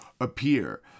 appear